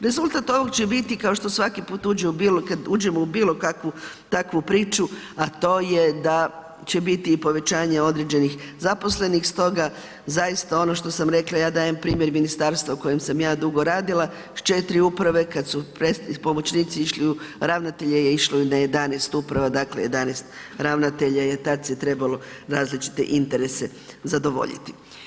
Rezultat ovog će biti kao što svaki put uđemo u bilo kakvu takvu priču a to je da će biti i povećanje određenih zaposlenih stoga zaista ono što sam rekla, ja dajem primjer ministarstva u kojem sam ja dugo radila sa 4 uprave kada su pomoćnici išli u, ravnatelje je išlo na 11 uprava, dakle 11 ravnatelja jer tad se trebalo različite interese zadovoljiti.